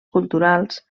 culturals